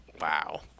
Wow